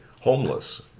homeless